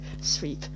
sweep